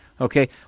Okay